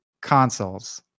consoles